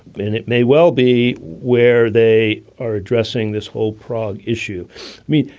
and it may well be where they are addressing this whole prague issue. i mean,